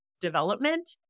development